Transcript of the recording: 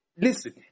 Listen